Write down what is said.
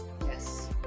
Yes